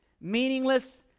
meaningless